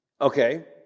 okay